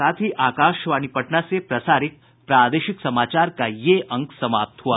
इसके साथ ही आकाशवाणी पटना से प्रसारित प्रादेशिक समाचार का ये अंक समाप्त हुआ